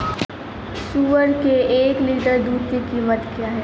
सुअर के एक लीटर दूध की कीमत क्या है?